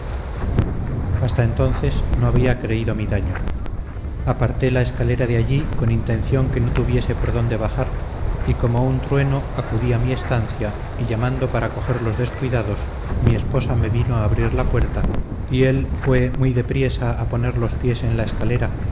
hasta entonces no había creído mi daño aparté la escalera de allí con intención que no tuviese por donde bajar y como un trueno acudí a mi estancia y llamando para cogerlos descuidados mi esposa me vino a abrir la puerta y él fue muy de priesa a poner los pies en la escalera